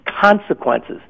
consequences